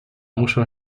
muszą